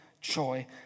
joy